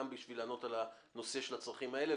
גם בשביל לענות על הנושא של הצרכים האלה,